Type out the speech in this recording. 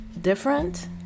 different